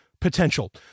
Potential